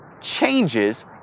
changes